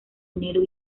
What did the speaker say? dinero